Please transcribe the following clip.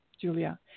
Julia